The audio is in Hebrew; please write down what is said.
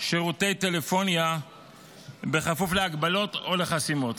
שירותי טלפוניה בכפוף להגבלות או לחסימות,